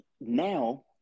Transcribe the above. Now